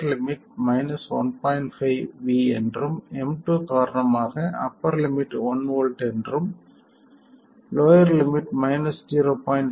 5 V என்றும் M2 காரணமாக upper limit 1 V என்றும் லோயர் லிமிட் 0